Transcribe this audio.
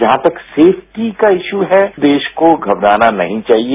जहां तक सेफ्टी का इश्यू है देश को घबराना नहीं चाहिए